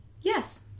yes